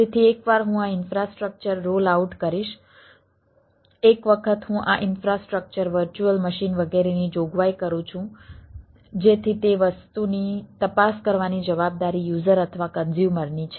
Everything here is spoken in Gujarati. તેથી એકવાર હું આ ઈન્ફ્રાસ્ટ્રક્ચર રોલઆઉટ વગેરેની જોગવાઈ કરું છું જેથી તે વસ્તુની તપાસ કરવાની જવાબદારી યુઝર અથવા કન્ઝ્યુમરની છે